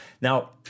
Now